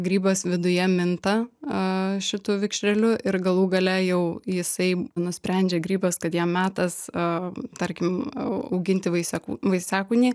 grybas viduje minta a šitu vikšreliu ir galų gale jau jisai nusprendžia grybas kad jam metas a tarkim auginti vaiseku vaisiakūnį